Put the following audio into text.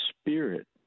spirit